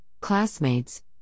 classmates